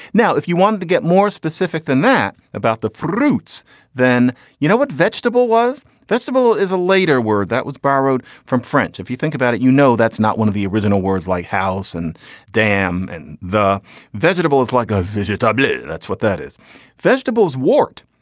now if you want to get more specific than that about the fruits then you know what vegetable was vegetable is a later word that was borrowed from french. if you think about it you know that's not one of the original words like house and damn and the vegetable is like a visit w that's what that is vegetables wart.